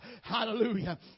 Hallelujah